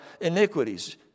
iniquities